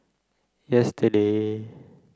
yesterday